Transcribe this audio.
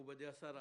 מכובדי השאר,